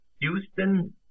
Houston